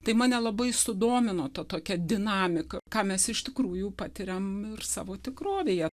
tai mane labai sudomino tokia dinamika ką mes iš tikrųjų patiriam ir savo tikrovėje